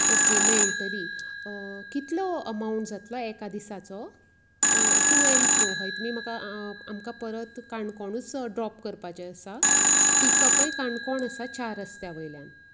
okay मेळटली कितलो amount जातलो एका दिसाचो टू एन्ड फ्रो हय तुमी म्हाका आमकां परत काणकोणच ड्रॉप करपाचे आसा पिकपय काणकोण आसा चार रस्त्या वयल्यान